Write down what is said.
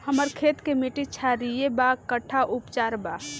हमर खेत के मिट्टी क्षारीय बा कट्ठा उपचार बा?